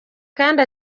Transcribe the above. kandi